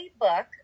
book